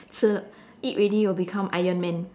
吃得 eat already will become iron man